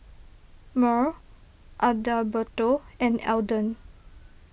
Myrl Adalberto and Alden